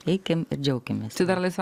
eikim ir džiaukimės tai dar laisva